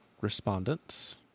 respondents